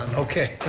okay,